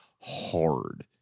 hard